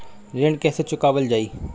ऋण कैसे चुकावल जाई?